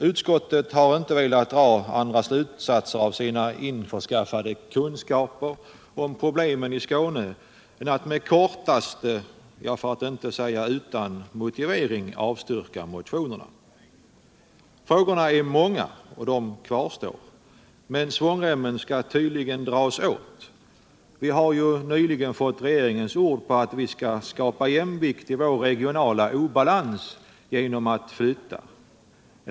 Utskottet har inte velat dra andra slutsatser av sina införskaffade kunskaper om problemen i Skåne än att med kortaste möjliga motivering, för att inte säga utan motivering, avstyrka motionerna. Frågorna är många, och de kvarstår. Men svångremmen skall tydligen dras åt. Vi har ju nyligen fått regeringens ord på att vi skall skapa jämvikt i vår regionala obalans genom att flytta.